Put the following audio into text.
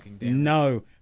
no